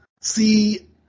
see